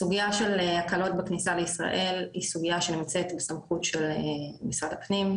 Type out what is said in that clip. הסוגיה של הקלות בכניסה לישראל היא סוגיה שנמצאת בסמכות של משרד הפנים,